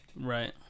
Right